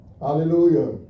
Hallelujah